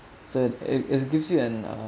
said it it gives you an uh